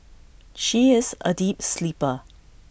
she is A deep sleeper